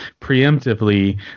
preemptively